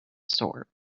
sort